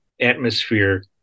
atmosphere